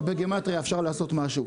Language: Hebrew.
אולי בגימטרייה אפשר לעשות משהו.